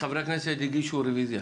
וחברי כנסת הגישו רוויזיה.